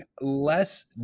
less